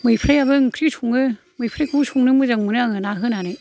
मैफ्रायाबो ओंख्रि सङो मैफ्रायखौबो संनो मोजां मोनो आङो ना होनानै